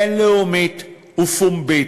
בין-לאומית ופומבית.